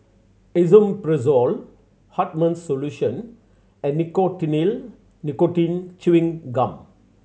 Esomeprazole Hartman's Solution and Nicotinell Nicotine Chewing Gum